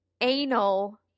anal